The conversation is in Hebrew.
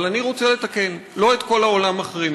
אבל אני רוצה לתקן: לא את כל העולם מחרימים,